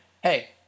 Hey